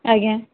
ଆଜ୍ଞା